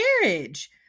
marriage